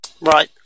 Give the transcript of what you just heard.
right